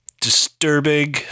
disturbing